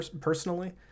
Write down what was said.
personally